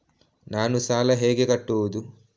ನಾನು ಸಾಲ ಹೇಗೆ ಕಟ್ಟುವುದು?